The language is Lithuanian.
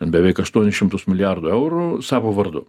ten beveik aštuonis šimtus milijardų eurų savo vardu